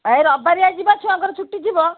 ଏ ରବିବାରିଆ ଯିବା ଛୁଆଙ୍କର ଛୁଟି ଥିବ